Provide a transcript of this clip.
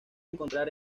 encontrar